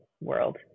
world